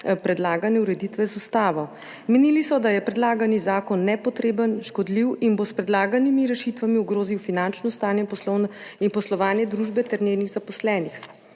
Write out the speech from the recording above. predlagane ureditve z ustavo. Menili so, da je predlagani zakon nepotreben, škodljiv in bo s predlaganimi rešitvami ogrozil finančno stanje in poslovanje družbe ter njenih zaposlenih.